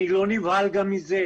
אני לא נבהל גם מזה.